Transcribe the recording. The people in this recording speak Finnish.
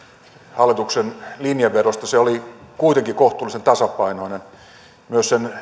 hallituksen linjanvedosta se oli kuitenkin kohtuullisen tasapainoinen myös sen